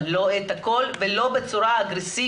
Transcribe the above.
אבל לא את הכל, ולא בצורה אגרסיבית.